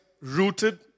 Rooted